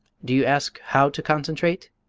do you ask how to concentrate?